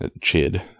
chid